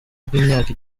bw’imyaka